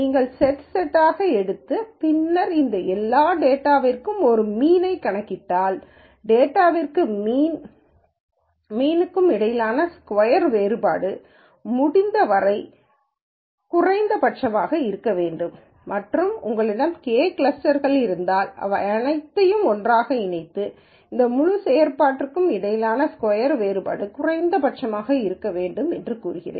நீங்கள் set set ஆக எடுத்து பின்னர் இந்த எல்லா டேட்டாவிற்கும் ஒரு மீன்யைக் கணக்கிட்டால் டேட்டாக்கும் மீன் இடையிலான ஸ்கொயர் வேறுபாடு முடிந்தவரை குறைந்தபட்சம் ஆக இருக்க வேண்டும் மற்றும் உங்களிடம் கே கிளஸ்டர்கள் இருந்தால் அவை அனைத்தையும் ஒன்றாக இணைத்து இந்த முழு செயல்பாட்டிற்கும் இடையிலான ஸ்கொயர் வேறுபாடு குறைந்தபட்சம் இருக்கவேண்டும் என்று கூறுகிறேன்